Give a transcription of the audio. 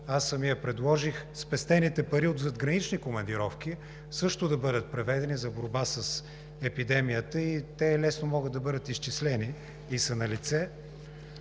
аз самият предложих спестените пари от задгранични командировки също да бъдат преведени за борба с епидемията – те лесно могат да бъдат изчислени и са налице.